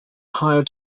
hired